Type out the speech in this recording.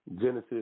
Genesis